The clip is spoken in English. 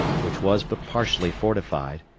which was but partially fortified,